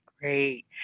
Great